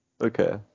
Okay